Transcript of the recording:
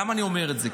למה אני אומר את זה?